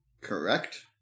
Correct